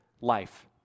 life